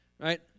right